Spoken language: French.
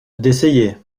d’essayer